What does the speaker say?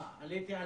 מה, עליתי על